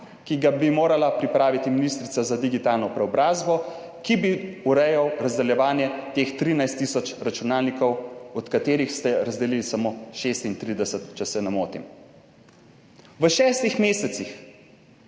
ki ga bi morala pripraviti ministrica za digitalno preobrazbo, ki bi urejal razdeljevanje teh 13 tiso računalnikov, od katerih ste razdelili samo 36, če se ne motim, v šestih mesecih.